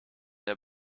der